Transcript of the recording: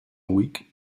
week